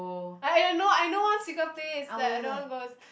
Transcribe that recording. I I know I know one secret place that either one goes